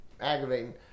aggravating